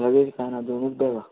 luggage कांय ना दोनूत बॅगां